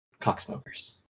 cocksmokers